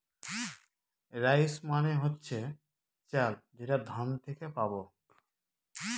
rice মানে হচ্ছে চাল যেটা ধান থেকে পাবো